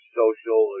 social